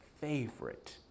favorite